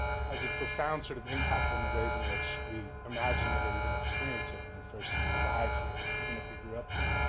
has a profound sort of impact on the ways in which we imagine it or even experience it when we first arrived here even if we grew up here.